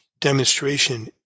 demonstration